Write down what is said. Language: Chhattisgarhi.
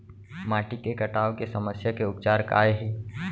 माटी के कटाव के समस्या के उपचार काय हे?